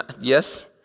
Yes